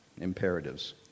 imperatives